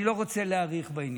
אני לא רוצה להאריך בעניין.